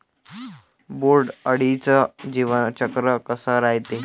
बोंड अळीचं जीवनचक्र कस रायते?